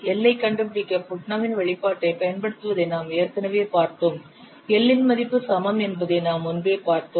L ஐ கண்டுபிடிக்க புட்னமின் வெளிப்பாட்டைப் பயன்படுத்துவததை நாம் ஏற்கனவே பார்த்தோம் L இன் மதிப்பு சமம் என்பதை நாம் முன்பே பார்த்தோம்